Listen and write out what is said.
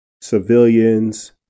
civilians